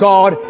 God